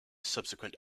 subsequent